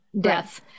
death